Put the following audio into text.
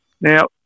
Now